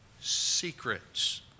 Secrets